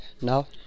now